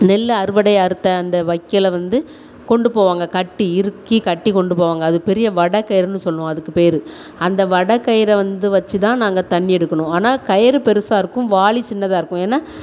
நெல் அறுவடை அறுத்த அந்த வைக்கோல வந்து கொண்டு போவாங்க கட்டி இறுக்கி கட்டி கொண்டு போவாங்க அது ஒரு பெரிய வடம் கயிறுன்னு சொல்லுவோம் அதுக்கு பேர் அந்த வடக்கயிறை வந்து வச்சு தான் நாங்கள் தண்ணி எடுக்கணும் ஆனால் கயிறு பெருசாக இருக்கும் வாளி சின்னதாக இருக்கும் ஏன்னால்